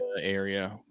area